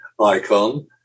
ICON